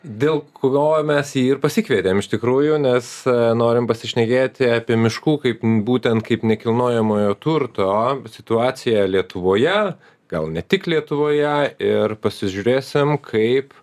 dėl kurio mes jį ir pasikvietėm iš tikrųjų nes norim pasišnekėti apie miškų kaip būtent kaip nekilnojamojo turto situaciją lietuvoje gal ne tik lietuvoje ir pasižiūrėsim kaip